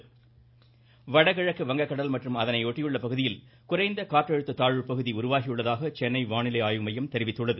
வானிலை வடகிழக்கு வங்கக்கடல் மற்றும் அதனை ஒட்டியுள்ள பகுதியில் குறைந்த காற்றழுத்த தாழ்வு பகுதி உருவாகி உள்ளதாக சென்னை வானிலை ஆய்வு மையம் தெரிவித்துள்ளது